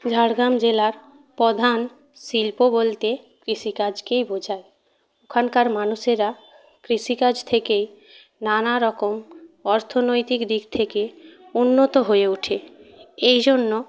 ঝাড়গ্রাম জেলার প্রধান শিল্প বলতে কৃষিকাজকেই বোঝায় ওখানকার মানুষেরা কৃষিকাজ থেকেই নানা রকম অর্থনৈতিক দিক থেকে উন্নত হয়ে ওঠে এই জন্য